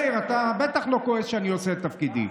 מאיר, אתה בטח לא כועס שאני עושה את תפקידי.